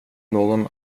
någon